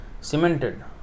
cemented